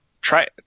Try